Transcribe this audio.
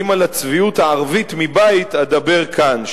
כי אם על הצביעות הערבית מבית אדבר כאן,